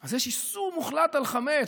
אז יש איסור מוחלט על חמץ,